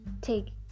Take